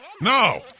No